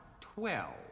Twelve